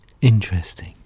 Interesting